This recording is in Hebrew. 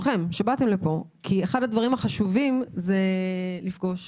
כי אחד הדברים החשובים זה לפגוש